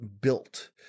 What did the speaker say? built